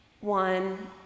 one